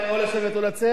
אתה מוכן או לשבת או לצאת?